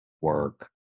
work